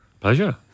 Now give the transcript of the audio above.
Pleasure